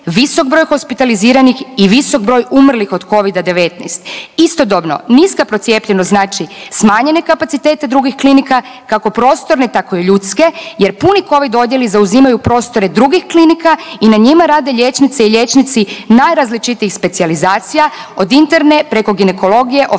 visok broj hospitaliziranih i visok broj umrlih od Covid-19. Istodobno niska procijepljenost znači smanjene kapacitete drugih klinika kako prostorne tako i ljudske jer puni covid odjeli zauzimaju prostore drugih klinika i na njima rade liječnice i liječnici najrazličitijih specijalizacija od interne preko ginekologije, oftalmologije